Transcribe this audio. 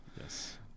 Yes